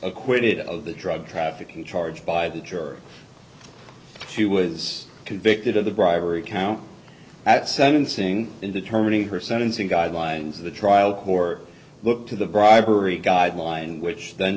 acquitted of the drug trafficking charge by the jury she was convicted of the bribery count at sentencing in determining her sentencing guidelines of the trial court look to the bribery guidelines which then